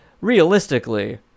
realistically